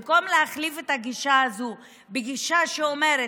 במקום להחליף את הגישה הזו בגישה שאומרת